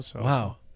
Wow